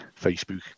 Facebook